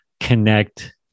connect